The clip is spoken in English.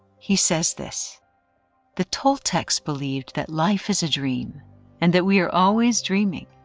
he says this the toltec believed that life is a dream and that we are always dreaming,